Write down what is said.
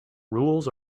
rules